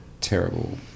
terrible